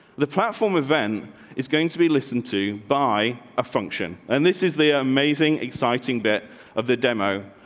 the platform event is going to be listened to by a function. and this is the ah amazing, exciting bit of the demo.